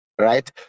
right